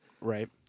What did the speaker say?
Right